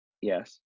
Yes